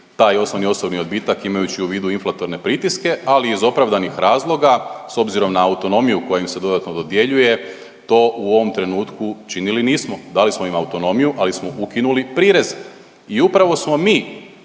taj osnovni osobni odbitak imajući u vidu inflatorne pritiske, ali iz opravdanih razloga s obzirom na autonomiju koja im se dodatno dodjeljuje to u ovom trenutku činili nismo. Dali smo autonomiju ali smo ukinuli prireze. I upravo smo mi